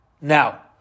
Now